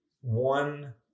one